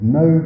no